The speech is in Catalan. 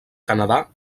canadà